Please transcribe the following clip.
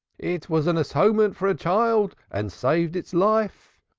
it was an atonement for a child, and saved its life.